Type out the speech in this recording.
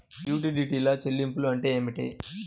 యుటిలిటీల చెల్లింపు అంటే ఏమిటి?